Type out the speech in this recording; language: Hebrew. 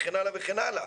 וכן הלאה וכן הלאה.